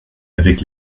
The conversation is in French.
avec